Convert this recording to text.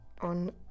on